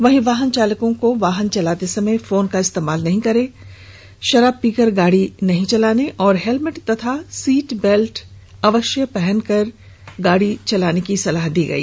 वहीं वाहन चालकों को वाहन चलाते समय फोन का इस्तेमाल नहीं करने शराब पीकर गाड़ी नहीं चलाने हेलमेट तथा सीट बेल्ट पहनने की सलाह दी गई